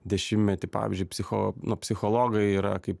dešimtmetį pavyzdžiui psicho nu psichologai yra kaip